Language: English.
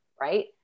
right